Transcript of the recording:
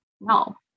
No